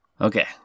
Okay